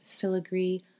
filigree